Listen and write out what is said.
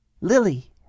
Lily